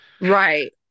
Right